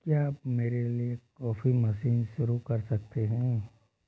क्या अप मेरे लिए कॉफी मशीन शुरू कर सकते हैं